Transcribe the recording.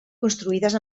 construïdes